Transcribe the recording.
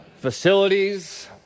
Facilities